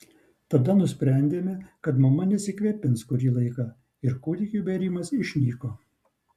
tada nusprendėme kad mama nesikvėpins kurį laiką ir kūdikiui bėrimas išnyko